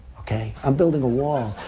okay? i'm building a wall.